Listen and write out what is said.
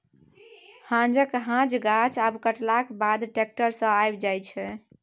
हांजक हांज गाछ आब कटलाक बाद टैक्टर सँ आबि जाइ छै